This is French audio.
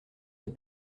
des